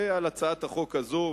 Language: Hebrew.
ועל הצעת החוק הזו,